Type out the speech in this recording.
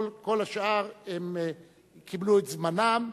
כל השאר קיבלו את זמנם,